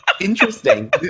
interesting